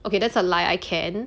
okay that's a lie I can